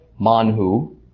manhu